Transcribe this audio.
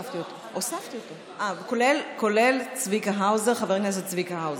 ו-43 כולל חבר הכנסת צביקה האוזר.